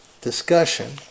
discussion